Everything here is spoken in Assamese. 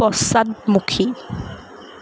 পশ্চাদমুখী